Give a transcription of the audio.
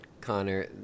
Connor